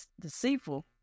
deceitful